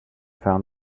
found